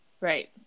right